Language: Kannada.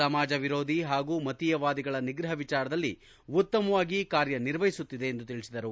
ಸಮಾಜ ವಿರೋಧಿ ಹಾಗೂ ಮತೀಯವಾದಿಗಳ ನಿಗ್ರಹ ವಿಚಾರದಲ್ಲಿ ಉತ್ತಮವಾಗಿ ಕಾರ್ಯನಿರ್ವಹಿಸುತ್ತಿದೆ ಎಂದು ತಿಳಿಸಿದರು